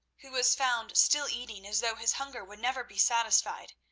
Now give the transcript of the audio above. who was found still eating as though his hunger would never be satisfied,